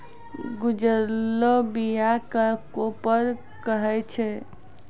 गजुरलो बीया क कोपल कहै छै